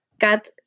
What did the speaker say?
got